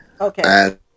okay